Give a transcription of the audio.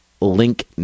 link